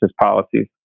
policies